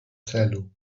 celu